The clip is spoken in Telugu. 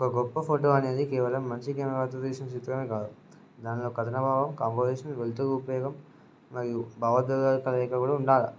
ఒక గొప్ప ఫోటో అనేది కేవలం మంచి కెమెరాతో తీసిన చిత్రమనే కాదు దానిలో కథన భావం కంపోజిషన్ వెలుతుకు ఉపయోగం మరియు భావోద్వేగాల కలియికలు కూడా ఉండాలి